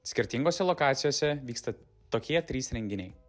skirtingose lokacijose vyksta tokie trys renginiai